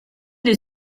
des